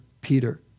Peter